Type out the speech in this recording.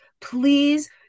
Please